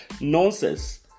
nonsense